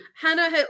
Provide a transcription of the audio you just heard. Hannah